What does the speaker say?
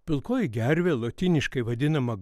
pilkoji gervė lotyniškai vadinama